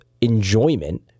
enjoyment